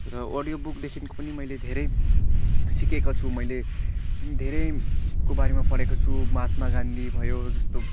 र अडियो बुकदेखिको पनि मैले धेरै सिकेको छु मैले धेरैको बारेमा पढेको छु महात्मा गान्धी भयो